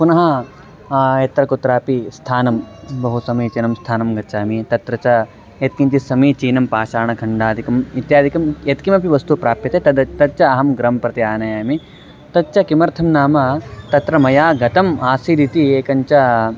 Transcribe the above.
पुनः यत्र कुत्रापि स्थानं बहु समीचीनं स्थानं गच्छामि तत्र च यत्किञ्चित् समीचीनं पाषाणखण्डादिकम् इत्यादिकं यत्किमपि वस्तु प्राप्यते तद् तच्च अहं गृहं प्रति आनयामि तच्च किमर्थं नाम तत्र मया गतम् आसीदिति एकञ्च